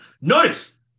Notice